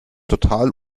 total